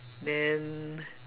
then